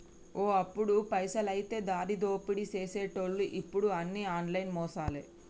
ఓ అప్పుడు పైసలైతే దారిదోపిడీ సేసెటోళ్లు ఇప్పుడు అన్ని ఆన్లైన్ మోసాలే